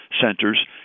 centers